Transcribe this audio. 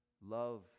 love